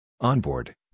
Onboard